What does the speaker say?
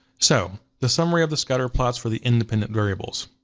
so, the summary of the scatterplots for the independent variables.